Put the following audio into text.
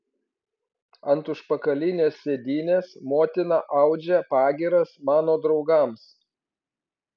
ant užpakalinės sėdynės motina audžia pagyras mano draugams